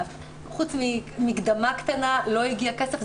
חוץ ממקדמה קטנה לא הגיע כסף,